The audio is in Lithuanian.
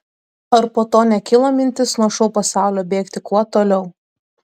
ar po to nekilo mintis nuo šou pasaulio bėgti kuo toliau